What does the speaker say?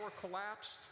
collapsed